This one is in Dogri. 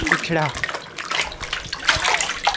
पिछड़ा